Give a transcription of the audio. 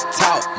talk